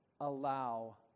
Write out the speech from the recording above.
allow